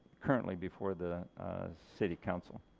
currently before the city council.